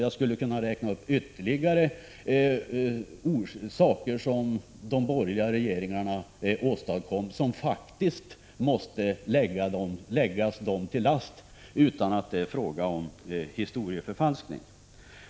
Jag skulle kunna räkna upp ytterligare saker som de borgerliga regeringarna åstadkom och som faktiskt måste läggas dem till last utan att det är fråga om historieförfalskning.